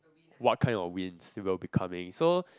what kind of winds will be coming so